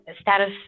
status